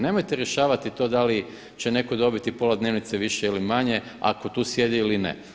Nemojte rješavati to da li će netko dobiti pola dnevnice više ili manje ako tu sjedi ili ne.